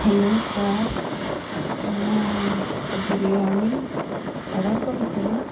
hello sir ମୁଁ biryani order କରିଥିଲି